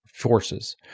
Forces